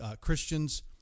Christians